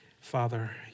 Father